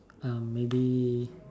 um maybe